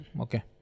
Okay